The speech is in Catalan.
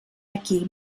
aquí